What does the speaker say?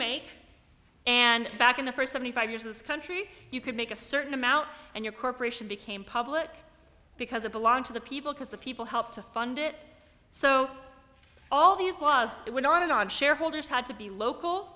make and back in the first seventy five years in this country you could make a certain amount and your corporation became public because it belonged to the people because the people helped to fund it so all these laws it went on and on shareholders had to be local